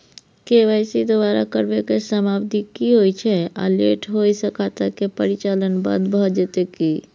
KYC दोबारा करबै के समयावधि की होय छै आ लेट होय स खाता के परिचालन बन्द भ जेतै की?